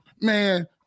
man